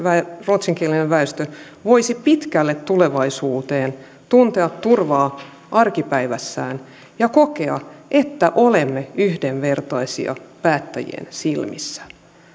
ruotsinkielinen väestö voisi pitkälle tulevaisuuteen tuntea turvaa arkipäivässään ja kokea että olemme yhdenvertaisia päättäjien silmissä